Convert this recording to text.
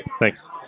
Thanks